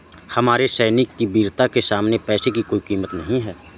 हमारे सैनिक की वीरता के सामने पैसे की कोई कीमत नही है